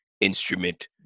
instrument